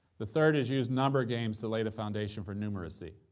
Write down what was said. the third is use number games to lay the foundation for numeracy.